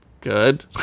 Good